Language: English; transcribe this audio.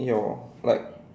your like